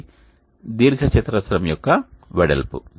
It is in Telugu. ఇది దీర్ఘచతురస్రం యొక్క వెడల్పు